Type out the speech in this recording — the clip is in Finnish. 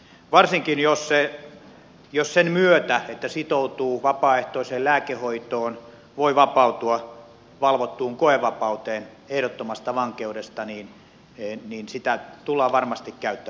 varsinkin jos sen myötä että sitoutuu vapaaehtoiseen lääkehoitoon voi vapautua valvottuun koevapauteen ehdottomasta vankeudesta sitä tullaan varmasti käyttämään hyväksi